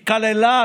היא כללה,